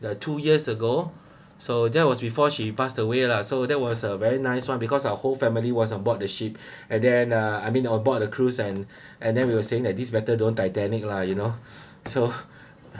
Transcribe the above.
the two years ago so that was before she passed away lah so that was a very nice one because our whole family was on board the ship and then uh I mean on board the cruise and and then we were saying that this better don't titanic lah you know so